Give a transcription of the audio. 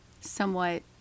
somewhat